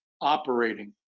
operating